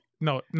no